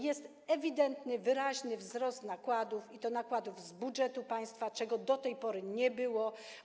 Jest ewidentny, wyraźny wzrost nakładów, i to nakładów z budżetu państwa, czego do tej pory nie było.